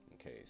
Okay